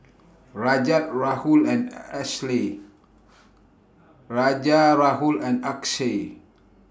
Rajat Rahul and Ashley Rajat Rahul and Akshay